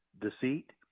deceit